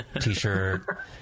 T-shirt